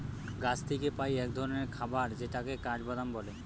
গাছ থিকে পাই এক ধরণের খাবার যেটাকে কাঠবাদাম বলে